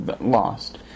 Lost